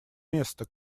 место